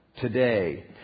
today